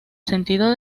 sentido